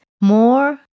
more